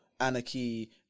anarchy